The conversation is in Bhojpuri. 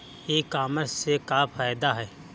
ई कामर्स से का फायदा ह?